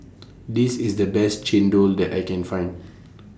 This IS The Best Chendol that I Can Find